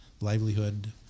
livelihood